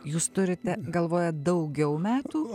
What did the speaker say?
jūs turite galvoje daugiau metų